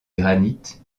granit